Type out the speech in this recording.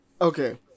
Okay